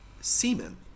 semen